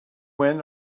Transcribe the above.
when